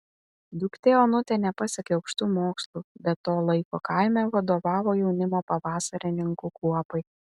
duktė onutė nepasiekė aukštų mokslų bet to laiko kaime vadovavo jaunimo pavasarininkų kuopai